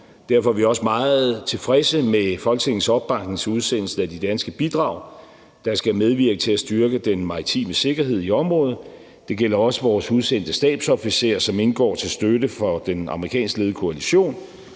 Derfor er vi også meget tilfredse med Folketingets opbakning til udsendelsen af de danske bidrag, der skal medvirke til at styrke den maritime sikkerhed i området. Det gælder også vores udsendte stabsofficer, som indgår til støtte for den amerikanskledede koalition,